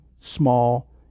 small